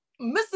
Mrs